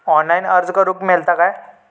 Online अर्ज करूक मेलता काय?